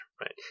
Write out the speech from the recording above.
right